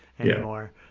anymore